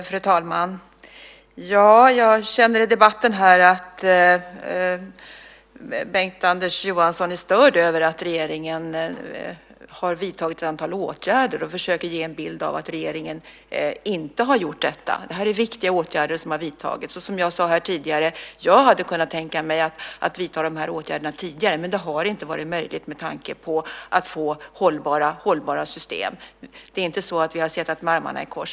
Fru talman! Jag känner i debatten här att Bengt-Anders Johansson är störd över att regeringen har vidtagit ett antal åtgärder. Han försöker ge en bild av att regeringen inte har gjort detta. Det är viktiga åtgärder som har vidtagits. Som jag sade tidigare hade jag kunnat tänka mig att vidta de här åtgärderna tidigare, men det har inte varit möjligt med tanke på att få hållbara system. Det är inte så att vi har suttit med armarna i kors.